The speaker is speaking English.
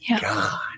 God